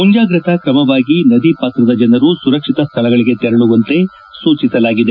ಮುಂಜಾಗ್ರತಾ ಕ್ರಮವಾಗಿ ನದಿ ಪಾತ್ರದ ಜನರು ಸುರಕ್ಷಿತ ಸ್ಥಳಗಳಿಗೆ ತೆರಳುವಂತೆ ಸೂಚಿಸಲಾಗಿದೆ